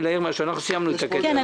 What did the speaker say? בבקשה.